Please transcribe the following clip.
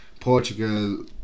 Portugal